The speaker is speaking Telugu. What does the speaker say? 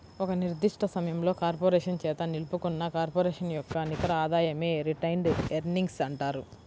ఒక నిర్దిష్ట సమయంలో కార్పొరేషన్ చేత నిలుపుకున్న కార్పొరేషన్ యొక్క నికర ఆదాయమే రిటైన్డ్ ఎర్నింగ్స్ అంటారు